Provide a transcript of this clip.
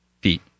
feet